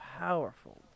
powerful